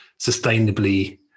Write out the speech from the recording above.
sustainably